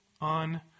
on